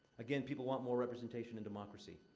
again, people want more representation in democracy.